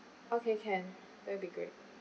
okay can that will be great